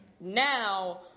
Now